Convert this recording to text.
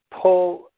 pull